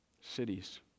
cities